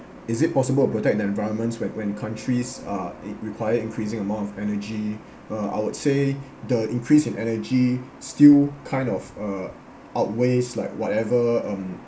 is it possible to protect the environments where when countries are it require increasing amount of energy uh I would say the increase in energy still kind of uh outweighs like whatever um